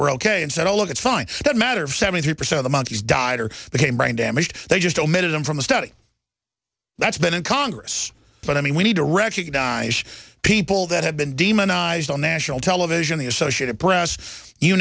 were ok and said oh look it's fine that matter of seventy percent of the monkeys died or became brain damaged they just omitted them from the study that's been in congress but i mean we need to recognize people that have been demonized on national television the associated press you